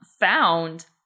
found